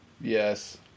Yes